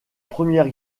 première